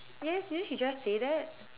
yes didn't he just say that